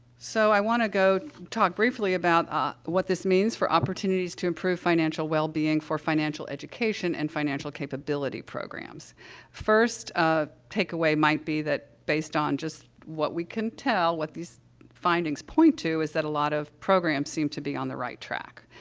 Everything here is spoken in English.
so, i want to go talk briefly about, ah, what this means for opportunities to improve financial wellbeing for financial education and financial capability programs. the first, ah, takeaway might be that based on, just, what we can tell, what these findings point to is that a lot of programs seem to be on the right track,